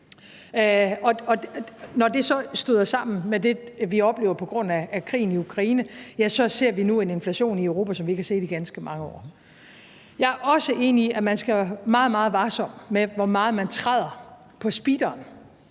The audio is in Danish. Når det så støder sammen med det, vi oplever på grund af krigen i Ukraine, så ser vi nu en inflation i Europa, som vi ikke har set i ganske mange år. Jeg er også enig i, at man skal være meget, meget varsom med, hvor meget man træder på speederen,